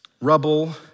rubble